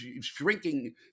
shrinking